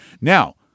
Now